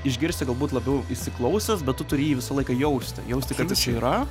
išgirsti galbūt labiau įsiklausęs bet tu turi jį visą laiką jausti jausti kad jis čia yra